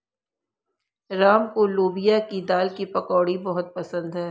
राम को लोबिया की दाल की पकौड़ी बहुत पसंद हैं